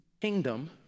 Kingdom